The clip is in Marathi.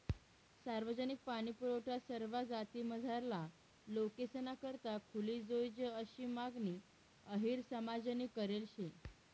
सार्वजनिक पाणीपुरवठा सरवा जातीमझारला लोकेसना करता खुली जोयजे आशी मागणी अहिर समाजनी करेल शे